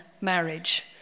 marriage